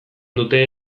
dute